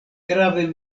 grave